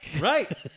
Right